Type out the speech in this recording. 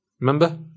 remember